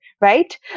right